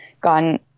gotten